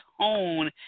tone